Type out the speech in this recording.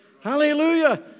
Hallelujah